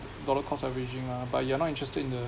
dollar-cost averaging lah but you're not interested in the